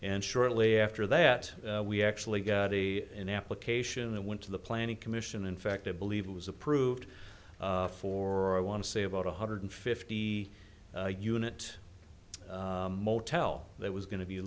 and shortly after that we actually got a an application and went to the planning commission in fact i believe it was approved for i want to say about one hundred fifty unit motel that was going to be